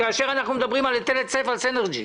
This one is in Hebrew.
כאשר אנחנו מדברים על היטל היצף על סינרג'י,